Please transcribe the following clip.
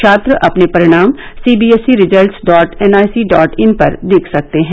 छात्र अपने परिणाम CBSE results dot NIC dot in पर देख सकते हैं